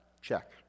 check